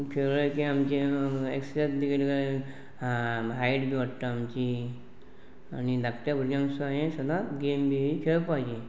खेळ्ळें की आमचे एक्ससायज बी केली काय हायट बी वाडटा आमची आनी धाकट्या भुरग्यांक सुद्दां हें सदांत गेम बी खेळपाचीे